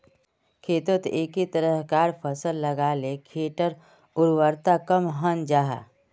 खेतोत एके तरह्कार फसल लगाले खेटर उर्वरता कम हन जाहा